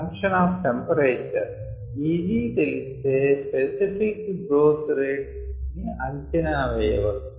function of temperature Egతెలిస్తే specific growth rate ని అంచనా వేయవచ్చు